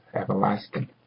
everlasting